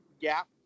gap